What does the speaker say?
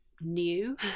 new